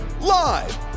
live